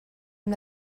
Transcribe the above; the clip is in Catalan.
amb